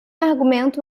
argumento